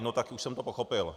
No tak už jsem to pochopil.